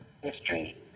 history